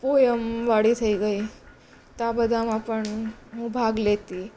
પોએમવાળી થઇ ગઈ તો આ બધામાં પણ હું ભાગ લેતી